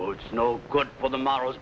boy it's no good for the models